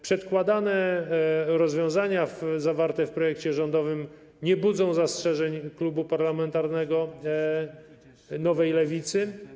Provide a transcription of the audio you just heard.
Przedkładane rozwiązania zawarte w projekcie rządowym nie budzą zastrzeżeń klubu parlamentarnego Nowej Lewicy.